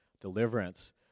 deliverance